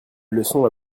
leçon